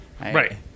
right